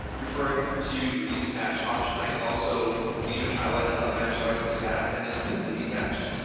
referring to the detach option, i can also leave it highlighted on manage devices tab and then click the detach,